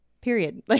Period